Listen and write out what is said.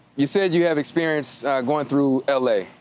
you said you have experience going through l. a.